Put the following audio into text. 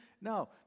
No